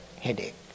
headache